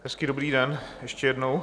Hezký dobrý den ještě jednou.